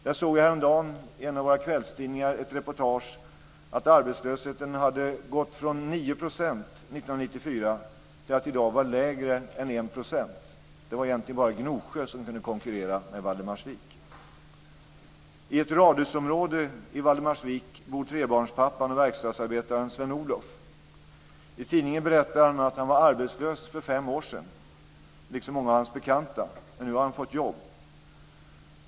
Jag såg häromdagen i en av våra kvällstidningar ett reportage om att arbetslösheten där hade gått från 9 % år 1994 till att i dag vara lägre än 1 %. Det var egentligen bara Gnosjö som kunde konkurrera med Valdemarsvik. I ett radhusområde i Valdemarsvik bor trebarnspappan och verkstadsarbetaren Sven-Olov. I tidningen berättar han att han var arbetslös för fem år sedan, liksom många av sina bekanta, men nu har han fått jobb.